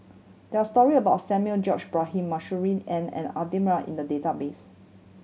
there are story about Samuel George Bonham Masuri N and Adan in the database